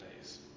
days